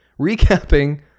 recapping